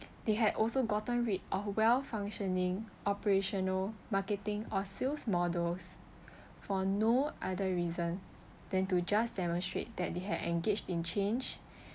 they had also gotten rid of well functioning operational marketing or sales models for no other reason than to just demonstrate that they had engaged in change